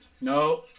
No